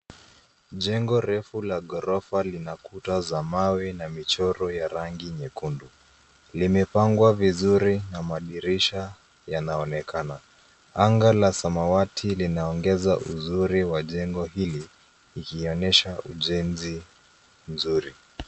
Jengo refu la ghorofa lina kuta za mawe na michoro ya rangi nyekundu. Limepangwa vizuri na madirisha yanaonekana. Anga la samawati linaongeza uzuri wa jengo hili ikionyesha ujenzi nzuri.